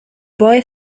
boy